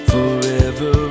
Forever